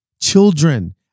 Children